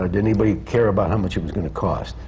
ah did anybody care about how much it was going to cost,